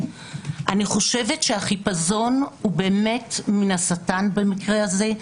אני חושבת שהחיפזון הוא באמת מן השטן במקרה הזה.